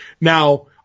Now